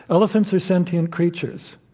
elephants are sentient creatures.